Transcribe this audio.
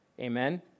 Amen